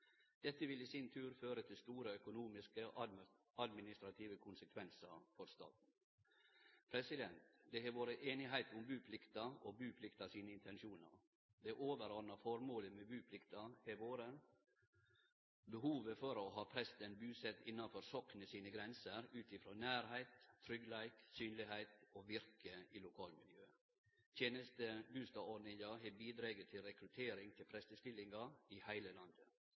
Dette vil i sin tur føre til store økonomiske og administrative konsekvensar for staten. Det har vore einigheit om buplikta og buplikta sine intensjonar. Det overordna formålet med buplikta har vore behovet for å ha presten busett innanfor soknet sine grenser ut frå nærleik, tryggleik, synlegheit og virke i lokalmiljøet ved tenestebudstadordninga å bidra til rekruttering til prestestillingar i heile landet